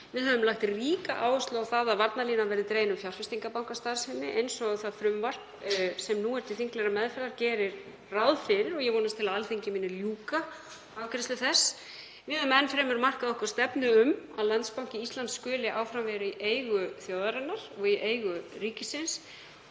Við höfum lagt ríka áherslu á það að varnarlínan verði dregin um fjárfestingarbankastarfsemi eins og það frumvarp sem nú er til þinglegrar meðferðar gerir ráð fyrir og ég vonast til að Alþingi muni ljúka afgreiðslu þess. Við höfum enn fremur markað okkur stefnu um að Landsbanki Íslands skuli áfram vera í eigu þjóðarinnar, í eigu ríkisins,